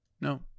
no